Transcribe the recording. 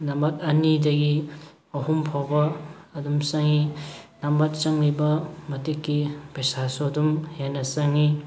ꯅꯥꯃꯠ ꯑꯅꯤꯗꯒꯤ ꯑꯍꯨꯝ ꯐꯥꯎꯕ ꯑꯗꯨꯝ ꯆꯪꯉꯤ ꯅꯃꯠ ꯆꯪꯂꯤꯕ ꯃꯇꯤꯛꯀꯤ ꯄꯩꯁꯥꯁꯨ ꯑꯗꯨꯝ ꯍꯦꯟꯅ ꯆꯪꯉꯤ